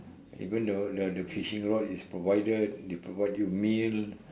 even the the the fishing rod is provided they provide you meal